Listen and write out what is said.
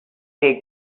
take